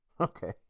Okay